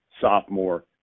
sophomore